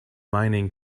mining